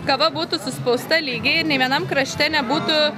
kava būtų suspausta lygiai ir nei vienam krašte nebūtų